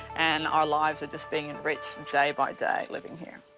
and our lives are just being enriched day by day living here.